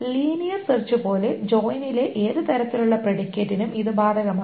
linear search പോലെ ജോയിനിലെ ഏത് തരത്തിലുള്ള പ്രെഡിക്കേറ്റിനും ഇത് ബാധകമാണ്